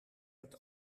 het